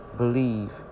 believe